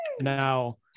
Now